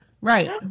Right